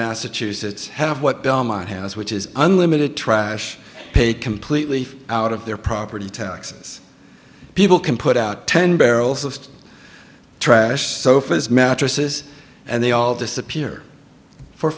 massachusetts have what belmont has which is unlimited trash paid completely out of their property taxes people can put out ten barrels of trash sofas mattresses and they all disappear for